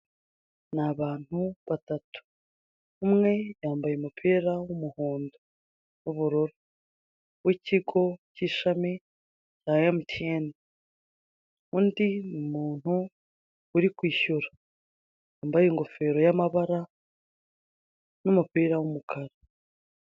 N'abantu batatu, umwe yambaye umupira w'umuhondo n'ubururu w'ikigo kishami rya MTN. Undi n'umuntu uri kwishyura wambaye ingofero y'amabara n'umupira w'umukara.